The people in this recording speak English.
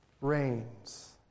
reigns